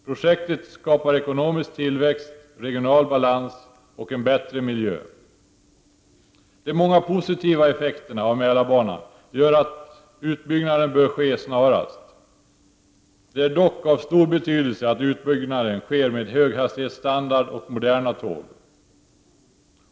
Projektet skapar ekonomisk tillväxt, regional balans och en bättre miljö. De många positiva effekterna av Mälarbanan gör att utbyggnaden bör ske snarast. Det är dock av stor betydelse att utbyggnaden sker med höghastighetsstandard och moderna tåg.